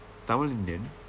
tamil indian